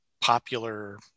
popular